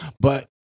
But-